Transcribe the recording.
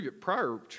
prior